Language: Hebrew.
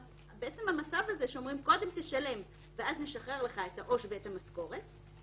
המצב הזה שאומרים: קודם תשלם ואז נשחרר לך את העו"ש ואת המשכורת,